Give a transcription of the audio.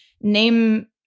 name